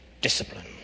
discipline